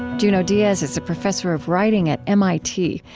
junot diaz is a professor of writing at mit,